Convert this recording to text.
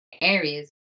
areas